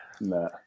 no